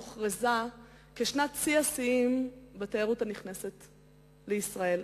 שנת 2008 הוכרזה כשנת שיא השיאים בתיירות הנכנסת לישראל.